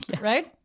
right